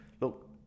look